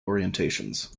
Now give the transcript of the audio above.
orientations